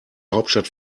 hauptstadt